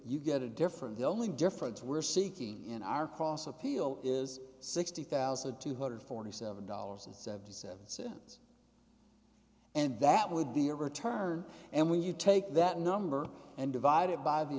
you get a difference the only difference we're seeking in our cross appeal is sixty thousand two hundred and forty seven dollars seventy seven cents and that would be a return and when you take that number and divide it by the